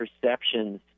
perceptions